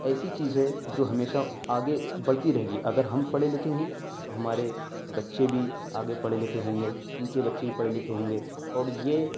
ایسی چیز ہے جو ہمیشہ آگے بڑھتی رہے گی اگر ہم پڑھے لكھے ہیں تو ہمارے بچّے بھی آگے پڑھے لكھے ہوں گے ان كے بچّے بھی پڑھے لكھے ہوں گے اور یہ